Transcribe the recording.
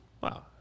wow